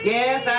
Yes